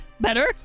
Better